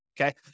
okay